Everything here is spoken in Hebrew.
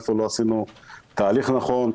איפה לא עשינו תהליך נכון,